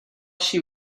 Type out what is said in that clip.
she